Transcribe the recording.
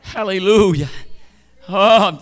Hallelujah